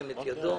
הצבעה